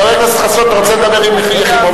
חבר הכנסת חסון, אתה רוצה לדבר עם יחימוביץ?